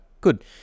good